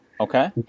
Okay